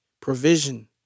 Provision